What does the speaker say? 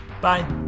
Bye